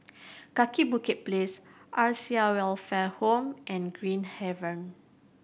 Kaki Bukit Place Acacia Welfare Home and Green Haven